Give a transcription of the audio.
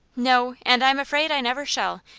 no, and i am afraid i never shall,